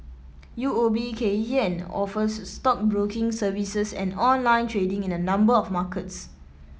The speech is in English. U O B Kay Hian offers stockbroking services and online trading in a number of markets